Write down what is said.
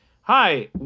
Hi